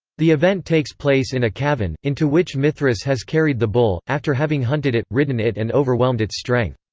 the event takes place in a cavern, into which mithras has carried the bull, after having hunted it, ridden it and overwhelmed its strength.